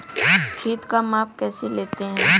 खेत का माप कैसे लेते हैं?